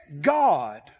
God